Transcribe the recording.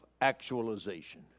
actualization